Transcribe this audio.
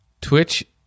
Twitch